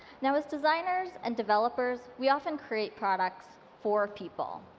now, as designers and developers, we often create products for people.